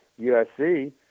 USC